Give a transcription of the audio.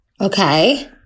Okay